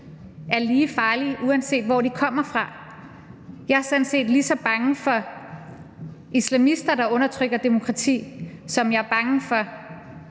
er lige farlige, uanset hvor de kommer fra. Jeg er sådan set lige så bange for islamister, der undertrykker demokrati, som jeg er bange for